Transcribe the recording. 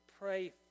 pray